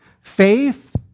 Faith